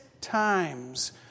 times